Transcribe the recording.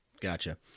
Gotcha